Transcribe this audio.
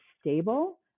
Stable